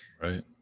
Right